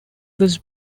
was